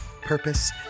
purpose